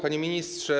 Panie Ministrze!